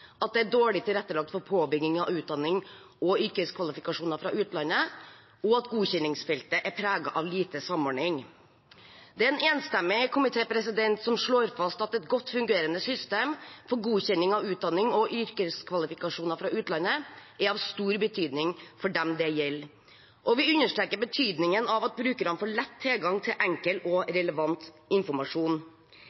godkjenningsmyndighetene. Det er dårlig tilrettelagt for påbygning av utdanning og yrkeskvalifikasjoner fra utlandet. Godkjenningsfeltet er preget av lite samordning. Det er en enstemmig komité som slår fast at et godt fungerende system for godkjenning av utdanning og yrkeskvalifikasjoner fra utlandet er av stor betydning for dem det gjelder. Vi understreker betydningen av at brukerne får lett tilgang til enkel og